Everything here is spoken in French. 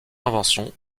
invention